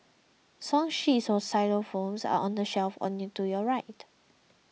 song sheets xylophones are on the shelf on to your right